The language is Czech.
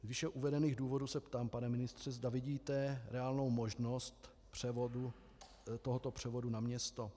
Z výše uvedených důvodů se ptám, pane ministře, zda vidíte reálnou možnost tohoto převodu na město.